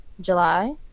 July